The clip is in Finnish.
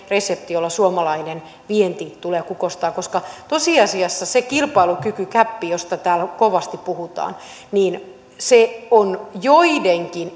resepti jolla suomalainen vienti tulee kukoistamaan koska tosiasiassa se kilpailukykygäppi josta täällä kovasti puhutaan on joidenkin